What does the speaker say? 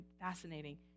fascinating